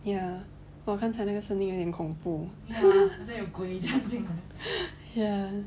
ya !wah! 刚才那个声音有点恐怖 ya